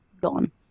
gone